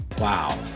Wow